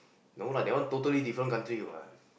no lah that one totally different country what